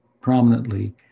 prominently